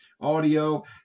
audio